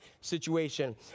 situation